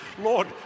Lord